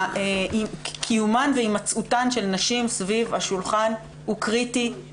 קיומן והימצאותן של נשים סביב השולחן הוא קריטי,